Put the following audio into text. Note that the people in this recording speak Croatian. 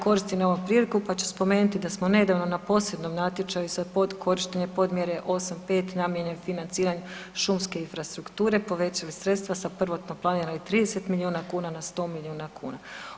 Koristim ovu priliku pa ću spomenuti da smo nedavno na posebnom natječaju za korištenje podmjere 85 namijenjen financiranju šumske infrastrukture povećali sredstava sa prvotno planiranih 30 miliona kuna na 100 miliona kuna.